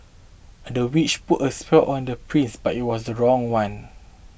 the witch put a spell on the prince but it was the wrong one